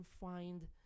find